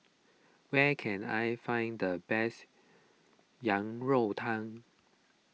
where can I find the best Yang Rou Tang